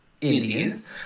Indians